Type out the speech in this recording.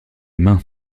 mains